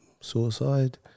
suicide